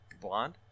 Blonde